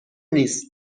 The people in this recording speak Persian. نیست